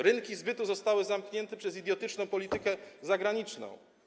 Rynki zbytu zostały zamknięte przez idiotyczną politykę zagraniczną.